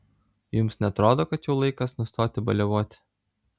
jums neatrodo kad jau laikas nustoti baliavoti